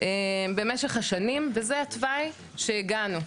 במשך השנים וזה התוואי שהגענו,